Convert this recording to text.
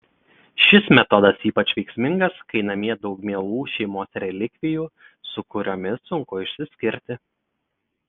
šis metodas ypač veiksmingas kai namie daug mielų šeimos relikvijų su kuriomis sunku išsiskirti